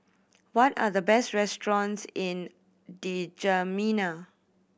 what are the best restaurants in Djamena